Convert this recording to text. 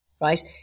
right